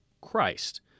Christ